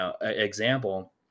example